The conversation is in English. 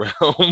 realm